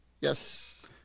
Yes